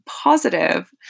positive